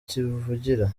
kivugira